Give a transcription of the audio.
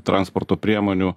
transporto priemonių